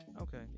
Okay